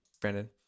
Brandon